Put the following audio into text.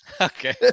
Okay